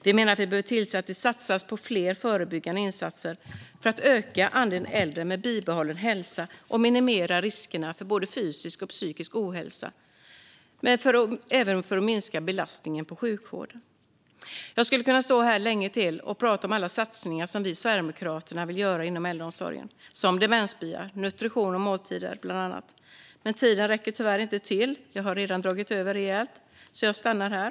Vi behöver tillse att det satsas på fler förebyggande insatser för att öka andelen äldre med bibehållen hälsa och minimera riskerna för både fysisk och psykisk ohälsa och även minska belastningen på sjukvården. Jag skulle kunna stå här länge och prata om alla satsningar som vi i Sverigedemokraterna vill göra inom äldreomsorgen - det handlar om demensbyar, nutrition och måltider, bland annat - men tiden räcker tyvärr inte till. Jag har redan dragit över min talartid rejält, så jag stannar här.